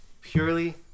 purely